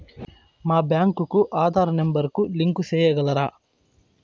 మా బ్యాంకు కు ఆధార్ నెంబర్ కు లింకు సేయగలరా?